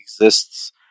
exists